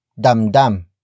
Dam-dam